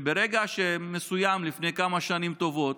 ברגע מסוים לפני כמה שנים טובות